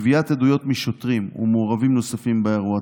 גביית עדויות משוטרים ומעורבים נוספים באירוע,